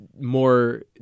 more